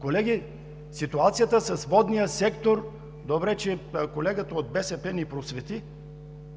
Колеги, ситуацията с водния сектор – добре, че колегата от БСП ни просвети,